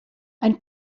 ein